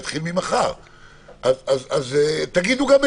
אז אני רוצה עכשיו,